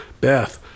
Beth